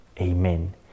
Amen